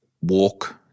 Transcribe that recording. walk